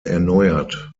erneuert